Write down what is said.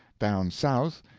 down south,